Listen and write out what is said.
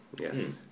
Yes